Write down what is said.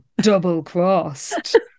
double-crossed